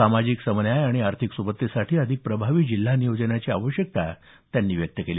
सामाजिक सम न्याय आणि आर्थिक सुबत्तेसाठी अधिक प्रभावी जिल्हा नियोजनाची आवश्यकता त्यांनी व्यक्त केली